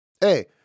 Hey